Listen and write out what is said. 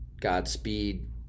Godspeed